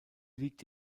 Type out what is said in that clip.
liegt